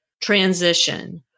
transition